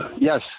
Yes